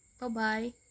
Bye-bye